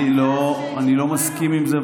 אני לא מסכים עם זה,